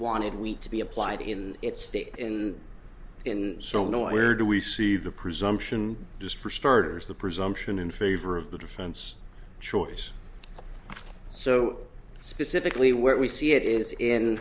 wanted week to be applied in its state and in so no where do we see the presumption just for starters the presumption in favor of the defense choice so specifically where we see it is in